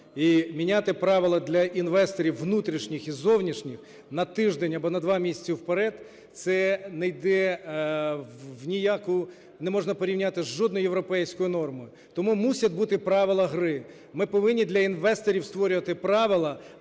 І міняти правила для інвесторів внутрішніх і зовнішніх на тиждень або на 2 місяці вперед – це не йде в ніяку… Не можна порівняти з жодною європейською нормою. Тому мусять бути правила гри. Ми повинні для інвесторів створювати правила,